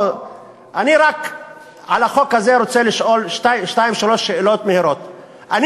אני רק רוצה לשאול במהירות שתיים-שלוש שאלות על החוק הזה.